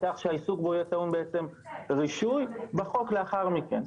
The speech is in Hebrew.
כך שהעיסוק בעצם יהיה טעון רישוי בחוק לאחר מכן.